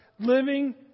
Living